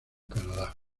canadá